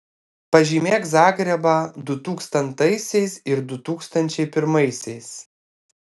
pažymėk zagrebą du tūkstantaisiais ir du tūkstančiai pirmaisiais